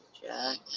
Jack